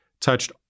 touched